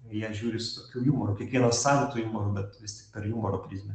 jie žiūri su tokiu jumoru kiekvienas savitu jumoru bet vis tik per jumoro prizmę